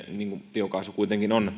biokaasu kuitenkin on